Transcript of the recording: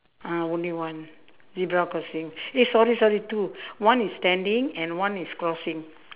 ah only one zebra crossing eh sorry sorry two one is standing and one is crossing